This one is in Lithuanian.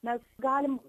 mes galim